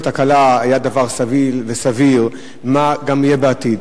הקלה היה דבר סביל וסביר ומה יהיה בעתיד.